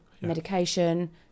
medication